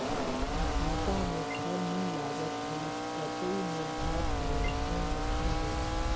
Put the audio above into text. भांटा मे फल नी लागत हे पतई मुरझात हवय कौन लक्षण हे?